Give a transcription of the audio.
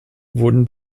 wurden